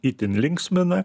itin linksmina